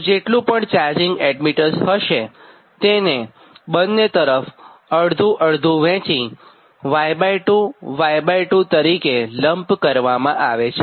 તો જેટલું પણ ચાર્જિંગ એડમિટન્સ હોયતેને બંને તરફ અડધું અડધું વહેંચી Y2 અને Y2 તરીકે લમ્પ કરવામાં આવે છે